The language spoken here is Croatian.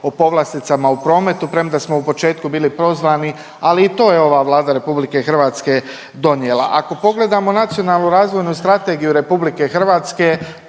o povlasticama u prometu premda smo u početku bili prozvani. Ali i to je ova Vlada Republike Hrvatske donijela. Ako pogledamo Nacionalnu razvojnu strategiju Republike Hrvatske